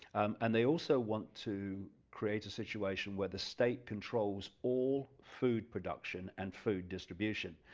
and they also want to create a situation where the state controls all food production, and food distribution,